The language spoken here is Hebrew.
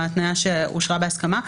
עם ההתניה שאושרה בהסכמה.